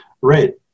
Right